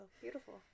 Beautiful